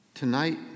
Tonight